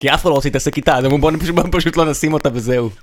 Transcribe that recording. כי אף אחד לא רוצה להתעסק איתה, אז הם אומרים בואו פשוט... בואו פשוט לא נשים אותה וזהו